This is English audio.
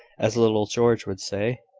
as little george would say.